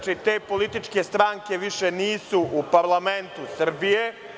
Te političke stranke više nisu u parlamentu Srbije.